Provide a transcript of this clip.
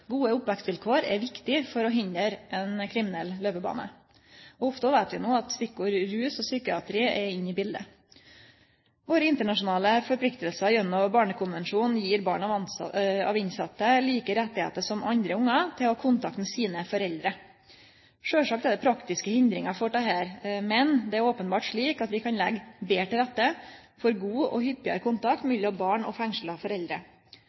Gode oppvekstvilkår er viktige for å hindre ein kriminell laupebane. Ofte veit vi no at stikkord som rus og psykiatri er inne i biletet. Våre internasjonale plikter gjennom Barnekonvensjonen gjev barn av innsette like rettar som andre ungar til å ha kontakt med sine foreldre. Sjølvsagt er det praktiske hindringar for dette, men det er openbert slik at vi kan leggje betre til rette for god og hyppigare kontakt mellom barn og fengsla foreldre.